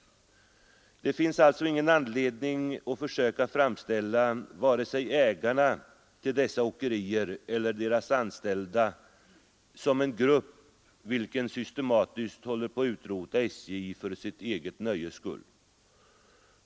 Det finns ingen anledning att försöka framställa vare sig ägarna till åkerier eller deras anställda som en grupp vilken systematiskt håller på att utrota SJ för sitt eget nöjes skull.